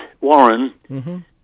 Warren